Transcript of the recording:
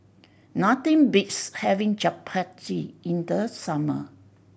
nothing beats having Japchae in the summer